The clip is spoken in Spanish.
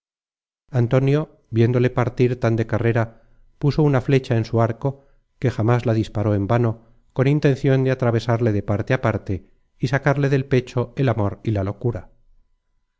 antonio viéndole partir tan de carrera puso una flecha en su arco que jamas la disparó en vano con intencion de atravesarle de parte á parte y sacarle del pecho el amor y la locura